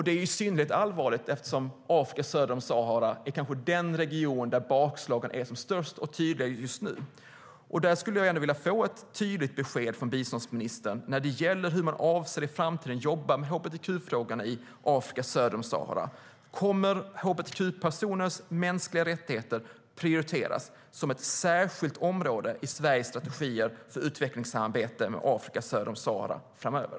Det är i synnerhet allvarligt eftersom Afrika söder om Sahara kanske är den region där bakslagen är som störst och tydligast just nu. Jag skulle gärna vilja ha ett tydligt besked från biståndsministern när det gäller hur man i framtiden avser att jobba med hbtq-frågan i Afrika söder om Sahara. Kommer hbtq-personers mänskliga rättigheter att prioriteras som ett särskilt område i Sveriges strategier för utvecklingssamarbete med Afrika söder om Sahara framöver?